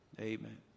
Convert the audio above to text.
Amen